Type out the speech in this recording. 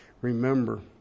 Remember